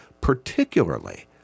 particularly